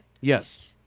Yes